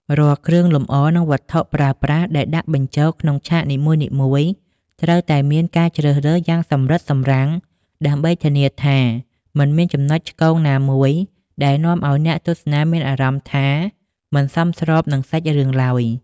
រាល់គ្រឿងលម្អ និងវត្ថុប្រើប្រាស់ដែលដាក់បញ្ចូលក្នុងឆាកនីមួយៗ ត្រូវតែមានការជ្រើសរើសយ៉ាងសម្រិតសម្រាំងដើម្បីធានាថាមិនមានចំណុចឆ្គងណាមួយដែលនាំឱ្យអ្នកទស្សនាមានអារម្មណ៍ថាមិនសមស្របនឹងសាច់រឿងឡើយ។